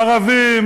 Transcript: ערבים,